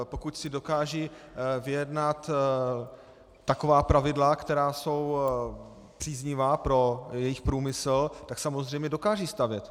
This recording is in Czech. Pokud si dokážou vyjednat taková pravidla, která jsou příznivá pro jejich průmysl, tak samozřejmě dokážou stavět.